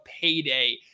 payday